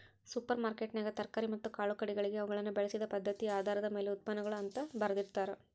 super ಮಾರ್ಕೆಟ್ನ್ಯಾಗ ತರಕಾರಿ ಮತ್ತ ಕಾಳುಕಡಿಗಳಿಗೆ ಅವುಗಳನ್ನ ಬೆಳಿಸಿದ ಪದ್ಧತಿಆಧಾರದ ಮ್ಯಾಲೆ ಉತ್ಪನ್ನಗಳು ಅಂತ ಬರ್ದಿರ್ತಾರ